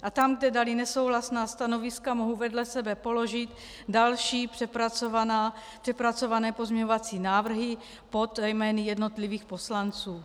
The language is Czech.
A tam, kde dali nesouhlasná stanoviska, mohu vedle sebe položit další přepracované pozměňovací návrhy pod jmény jednotlivých poslanců.